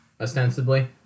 ostensibly